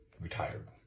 Retired